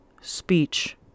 speech